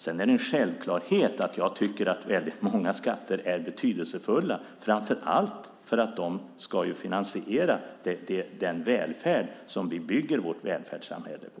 Sedan är det en självklarhet att jag tycker att väldigt många skatter är betydelsefulla, framför allt för att de ska finansiera den välfärd som vi bygger vårt välfärdssamhälle på.